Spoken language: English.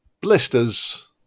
blisters